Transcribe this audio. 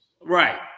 Right